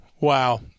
Wow